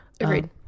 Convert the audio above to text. Agreed